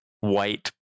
white